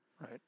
Right